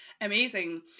Amazing